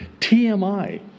TMI